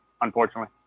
unfortunately